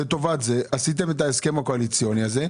לטובת זה עשיתם את ההסכם הקואליציוני הזה,